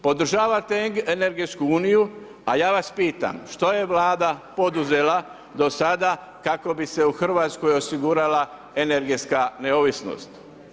Podržavate energetsku uniju, a ja vas pitam što je Vlada poduzela do sada kako bi se u Hrvatskoj osigurala energetska neovisnost.